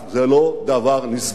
זה לא דבר נשגב.